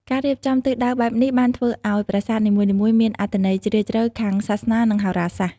ការរៀបចំទិសដៅបែបនេះបានធ្វើឲ្យប្រាសាទនីមួយៗមានអត្ថន័យជ្រាលជ្រៅខាងសាសនានិងហោរាសាស្ត្រ។